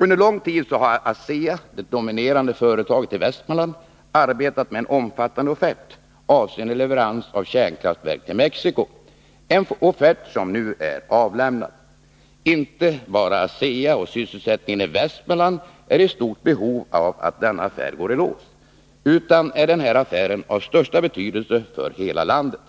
Under lång tid har ASEA, det dominerande företaget i Västmanland, arbetat med en omfattande offert avseende leverans av kärnkraftverk till Mexico; en offert som nu är avlämnad. Inte bara ASEA och sysselsättningen i Västmanland är i stort behov av att denna affär går i lås utan den här affären är också av största betydelse för hela landet.